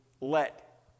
let